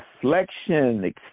flexion